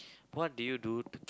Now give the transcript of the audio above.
what do you do